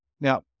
Now